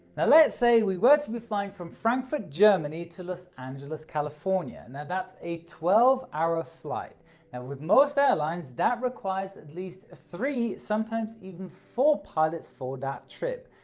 now let's say we were to be flying from frankfurt, germany to los angeles, california. and now that's a twelve hour flight and with most airlines that requires at least three sometimes even four pilots for that trip.